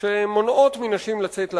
שמונעות מנשים לצאת לעבודה.